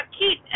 keep